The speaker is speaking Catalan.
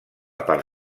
part